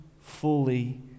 fully